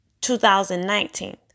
2019